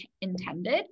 intended